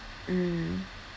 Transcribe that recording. mm